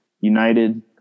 United